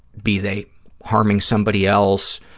be they harming somebody else,